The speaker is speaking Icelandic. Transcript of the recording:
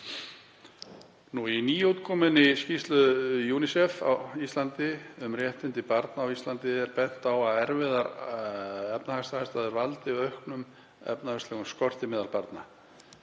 Í nýútkominni skýrslu UNICEF á Íslandi um réttindi barna á Íslandi er bent á að erfiðar efnahagsaðstæður valdi auknum efnislegum skorti meðal barna.